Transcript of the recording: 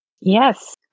Yes